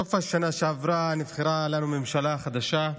בסוף השנה שעברה נבחרה לנו ממשלה חדשה,